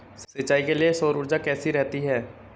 सिंचाई के लिए सौर ऊर्जा कैसी रहती है?